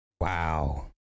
Wow